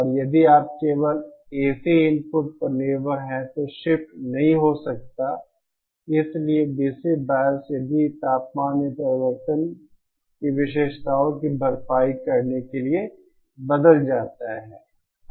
और यदि आप केवल एसी इनपुट पर निर्भर हैं तो शिफ्ट नहीं हो सकता है इसलिए डीसी बायस यदि तापमान में परिवर्तन की विशेषताओं की भरपाई करने के लिए बदल जाता है